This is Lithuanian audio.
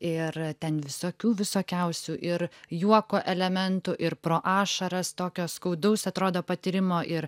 ir ten visokių visokiausių ir juoko elementų ir pro ašaras tokio skaudaus atrodo patyrimo ir